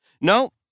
No